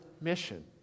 mission